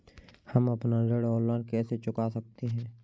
हम अपना ऋण ऑनलाइन कैसे चुका सकते हैं?